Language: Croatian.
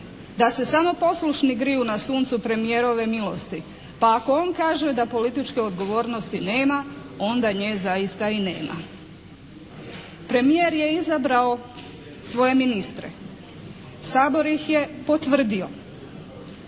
da se samo poslušni griju na suncu premijerove milosti. Pa ako on kaže da političke odgovornosti nema, onda nje zaista i nema. Premijer je izabrao svoje ministre, Sabor ih je potvrdio.